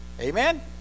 Amen